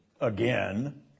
Again